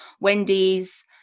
Wendy's